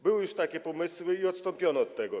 Były już takie pomysły i odstąpiono od tego.